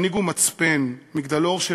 מנהיג הוא מצפן, מגדלור,